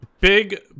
big